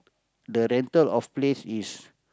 the rental of place is